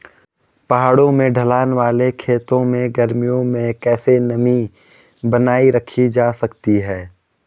पहाड़ों में ढलान वाले खेतों में गर्मियों में कैसे नमी बनायी रखी जा सकती है?